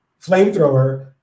Flamethrower